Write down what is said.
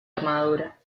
armadura